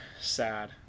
sad